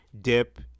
dip